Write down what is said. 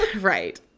Right